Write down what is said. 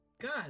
God